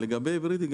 לגבי היברידי,